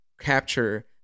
capture